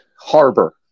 Harbor